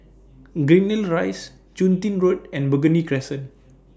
Greendale Rise Chun Tin Road and Burgundy Crescent